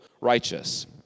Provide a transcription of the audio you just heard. righteous